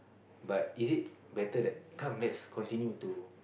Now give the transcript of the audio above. but is it better that come let's continue to